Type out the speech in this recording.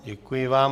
Děkuji vám.